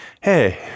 hey